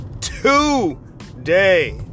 today